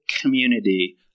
community